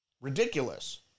Ridiculous